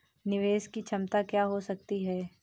निवेश की क्षमता क्या हो सकती है?